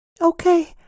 Okay